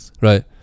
Right